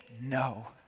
no